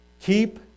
keep